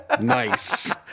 Nice